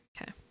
Okay